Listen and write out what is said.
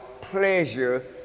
pleasure